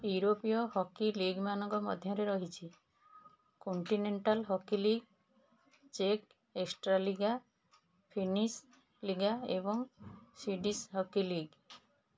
ମୋର ଆଭାସୀ ପୈଠ ଠିକଣା ଆଠ ଚାରି ସାତ ଏକ ଦୁଇ ଆଠ ତିନି ଶୂନ ନଅ ଆଠ ଛଅ ଆଟ୍ ଦ ରେଟ୍ ପେଟିମ୍ରୁ ନଅ ଆଠ ପାଞ୍ଚ ତିନି ଏକ ଦୁଇ ପାଞ୍ଚ ଦୁଇ ଚାରି ଶୂନ ଦୁଇ ଆଟ୍ ଦ ରେଟ୍ ପେଟିମ୍ରୁ ବଦଳାଇ ଦିଅ